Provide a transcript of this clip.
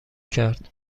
کرد